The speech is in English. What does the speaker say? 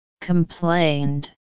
Complained